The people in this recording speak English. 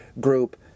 group